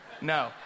no